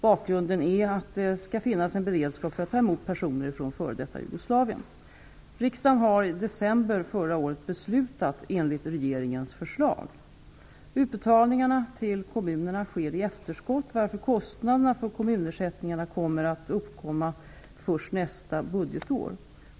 Bakgrunden är att det skall finnas en beredskap för att ta emot personer från f.d. Jugoslavien. Riksdagen har i december förra året beslutat enligt regeringens förslag. Utbetalningarna till kommunerna sker i efterskott, varför kostnaderna för kommunersättningarna kommer att uppkomma först nästa budgetår.